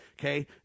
Okay